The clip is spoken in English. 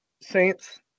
Saints